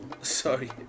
Sorry